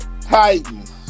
Titans